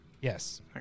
Yes